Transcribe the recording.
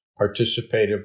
participative